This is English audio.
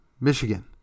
Michigan